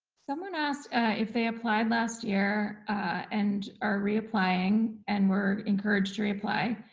someone asked if they applied last year and are reapplying and were encouraged to reapply,